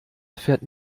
fährt